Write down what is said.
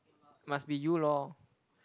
must be you lor